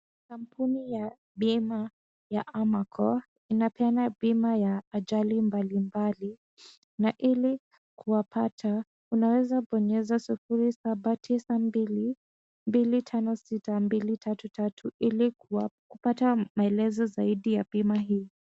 Kampuni ya bima ya Amaco, inapeana bima ya ajali mbalimbali na ili kuwapata unaweza bonyeza sufuri saba tisa mbili mbili tano sita mbili tatu tatu ili kupata maelezo zaidi ya bima hiyo.